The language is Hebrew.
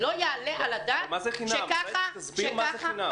לא יעלה על הדעת --- תסבירי מה זה חינם?